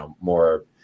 more